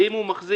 ואם הוא מחזיק,